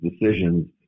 decisions